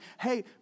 hey